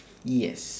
yes